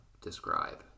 describe